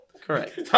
correct